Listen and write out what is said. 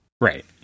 Right